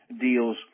deals